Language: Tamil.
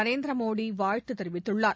நரேந்திரமோடி வாழ்த்து தெரிவித்துள்ளார்